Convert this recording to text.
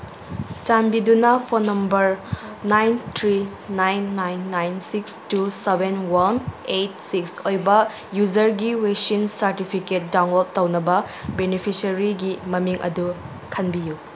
ꯆꯥꯟꯕꯤꯗꯨꯅ phone number nine three nine nine nine six two seven one eight six ꯑꯣꯏꯕ ꯌꯨꯖꯔꯒꯤ vaccine certificate download ꯇꯧꯅꯕ ꯕꯦꯅꯤꯐꯤꯁꯔꯤꯒꯤ ꯃꯃꯤꯡ ꯑꯗꯨ ꯈꯟꯕꯤꯌꯨ